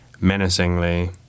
menacingly